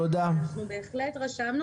אנחנו בהחלט רשמנו